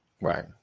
right